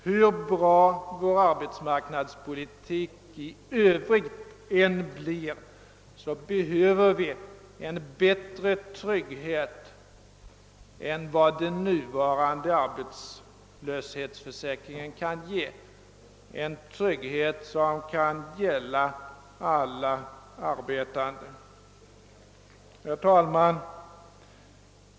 Hur bra vår arbetsmarknadspolitik i övrigt än blir, behöver vi en bättre trygghet än vad den nuvarande arbetslöshetsförsäkringen kan ge, en trygghet som kan gälla alla. Herr talman!